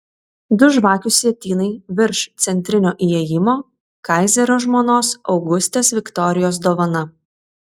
du žvakių sietynai virš centrinio įėjimo kaizerio žmonos augustės viktorijos dovana